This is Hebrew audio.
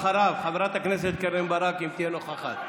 ואחריו, חברת הכנסת קרן ברק, אם תהיה נוכחת.